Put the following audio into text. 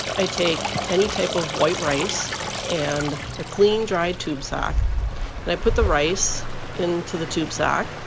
i take any type of white rice and a clean, dried tube sock, and i put the rice into the tube sock.